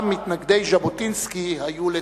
גם מתנגדי ז'בוטינסקי היו לתלמידיו.